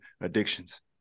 addictions